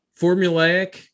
formulaic